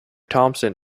thompson